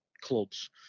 clubs